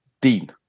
Dean